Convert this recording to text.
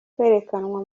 kwerekanwa